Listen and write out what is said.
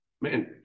man